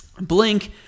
Blink